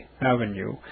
Avenue